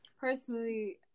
Personally